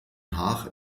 haag